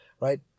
Right